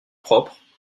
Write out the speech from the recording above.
propres